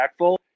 impactful